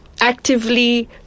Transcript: actively